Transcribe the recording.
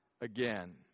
again